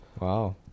Wow